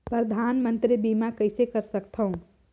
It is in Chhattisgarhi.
परधानमंतरी बीमा कइसे कर सकथव?